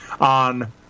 on